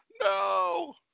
No